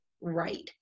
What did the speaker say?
right